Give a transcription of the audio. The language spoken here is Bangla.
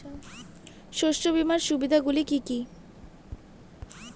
শস্য বীমার সুবিধা গুলি কি কি?